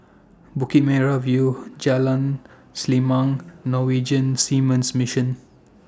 Bukit Merah View Jalan Selimang Norwegian Seamen's Mission